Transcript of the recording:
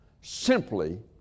simply